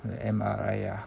the M_R_I ah